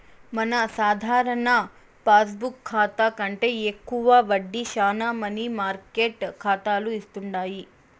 మన సాధారణ పాస్బుక్ కాతా కంటే ఎక్కువ వడ్డీ శానా మనీ మార్కెట్ కాతాలు ఇస్తుండాయి